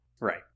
right